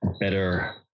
better